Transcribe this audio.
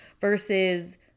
versus